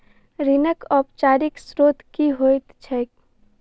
ऋणक औपचारिक स्त्रोत की होइत छैक?